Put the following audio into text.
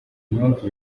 impamvu